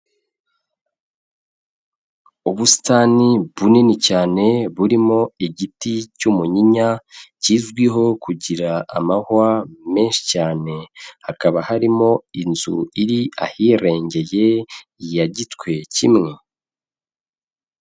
Ubusitani bunini cyane burimo igiti cy'umunyinya kizwiho kugira amahwa menshi cyane, hakaba harimo inzu iri ahirengeye ya gitwe kimwe.